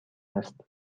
است